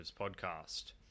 podcast